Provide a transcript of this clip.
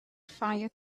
fire